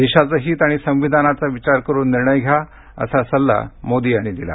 देशाचं हित आणि संविधानाचा विचार करून निर्णय घ्या असा सल्ला मोदी यांनी दिला